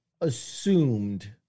assumed